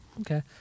Okay